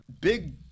big